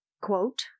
quote